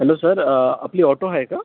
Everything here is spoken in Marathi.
हॅलो सर आपली ऑटो आहे का